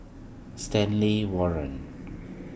Stanley Warren